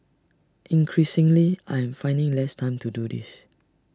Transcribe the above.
increasingly I am finding less time to do this